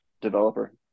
developer